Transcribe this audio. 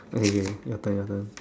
okay okay your turn your turn